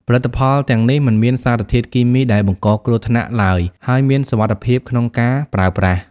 ផលិតផលទាំងនេះមិនមានសារធាតុគីមីដែលបង្កគ្រោះថ្នាក់ឡើយ ហើយមានសុវត្ថិភាពក្នុងការប្រើប្រាស់។